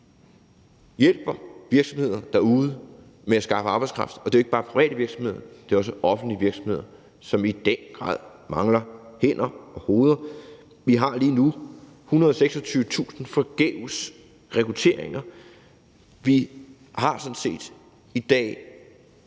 hjælper virksomheder derude med at skaffe arbejdskraft. Det er jo ikke bare private virksomheder; det er også offentlige virksomheder, som i den grad mangler hænder og hoveder. Vi har lige nu 126.000 forgæves rekrutteringer. Vi mister sådan set i dag